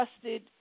trusted